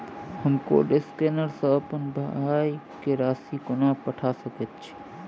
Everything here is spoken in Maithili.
हम कोड स्कैनर सँ अप्पन भाय केँ राशि कोना पठा सकैत छियैन?